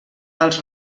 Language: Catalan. els